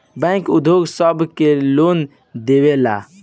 bank उद्योग सब के लोन देवेला